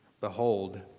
Behold